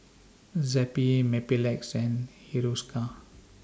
Zappy Mepilex and Hiruscar